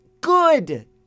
good